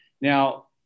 Now